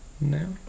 No